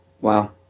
Wow